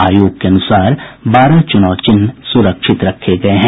आयोग के अनुसार बारह चुनाव चिन्ह सुरक्षित रखे गये हैं